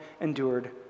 endured